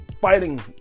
fighting